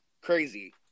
Crazy